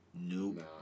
Nope